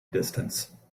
distance